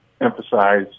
emphasize